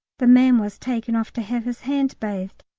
the man was taken off to have his hand bathed,